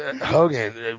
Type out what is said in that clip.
Hogan